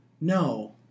No